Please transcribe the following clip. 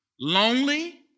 lonely